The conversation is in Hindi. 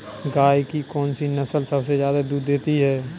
गाय की कौनसी नस्ल सबसे ज्यादा दूध देती है?